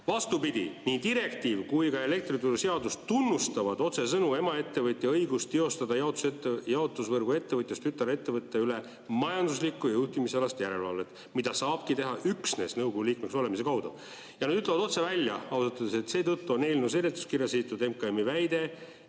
"Vastupidi, nii direktiiv kui ka elektrituruseadus tunnustavad otsesõnu emaettevõtja õigust teostada jaotusvõrguettevõtjast tütarettevõtja üle majanduslikku ja juhtimisalast järelevalvet, mida saabki teha üksnes nõukogu liikmeks olemise kaudu." Nad ütlevad otse välja, et seetõttu on eelnõu seletuskirjas esitatud MKM-i väide